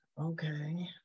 Okay